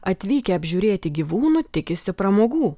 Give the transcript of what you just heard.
atvykę apžiūrėti gyvūnų tikisi pramogų